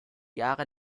jahre